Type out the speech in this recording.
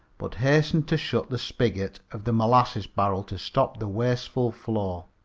but hastened to shut the spigot of the molasses barrel to stop the wasteful flow.